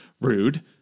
Rude